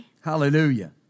Hallelujah